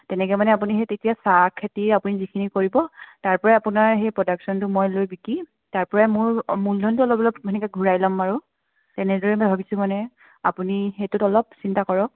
তেনেকৈ মানে আপুনি সেই তেতিয়া চাহ খেতি আপুনি যিখিনি কৰিব তাৰপৰাই আপোনাৰ সেই প্ৰডাকশ্যনটো মই লৈ বিক্ৰী তাৰপৰাই মোৰ মূলধনটো অলপ অলপ সেনেকৈ ঘূৰাই ল'ম আৰু তেনেদৰেই ভাবিছোঁ মানে আপুনি সেইটোত অলপ চিন্তা কৰক